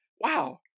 Wow